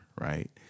right